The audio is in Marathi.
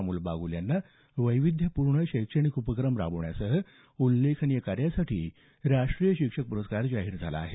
अमोल बाग्रल यांना वैविध्यपूर्ण शैक्षणिक उपक्रम राबवण्यासह उल्लेखनीय कार्यासाठी राष्ट्रीय शिक्षक पुरस्कार जाहीर झाला आहे